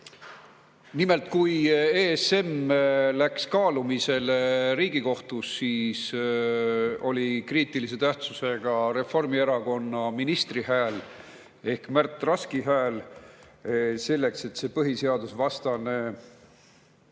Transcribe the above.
kui ESM läks kaalumisele Riigikohtus, siis oli kriitilise tähtsusega Reformierakonna hääl ehk Märt Raski hääl selleks, et see põhiseadusvastane